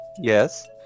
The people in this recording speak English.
Yes